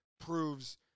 proves